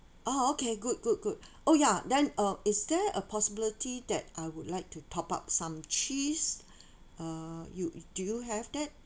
oh okay good good good oh ya then uh is there a possibility that I would like to top up some cheese uh you do you have that